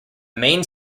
main